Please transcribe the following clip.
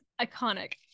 iconic